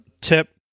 tip